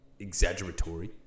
exaggeratory